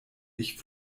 ich